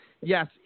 yes